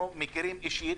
אנחנו מכירים אישית,